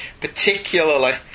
particularly